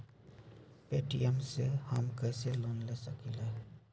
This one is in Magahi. पे.टी.एम से हम कईसे लोन ले सकीले?